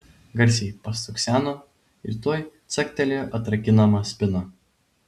garsiai pastukseno ir tuoj caktelėjo atrakinama spyna